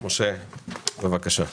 משה, בקשה.